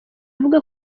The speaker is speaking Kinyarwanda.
avuga